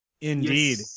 Indeed